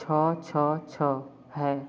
छः छः छः है